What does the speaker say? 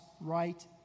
right